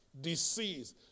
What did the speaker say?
disease